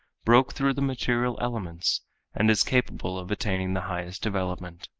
broke through the material elements and is capable of attaining the highest development.